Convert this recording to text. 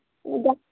ଯିବା